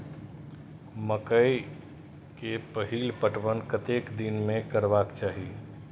मकेय के पहिल पटवन कतेक दिन में करबाक चाही?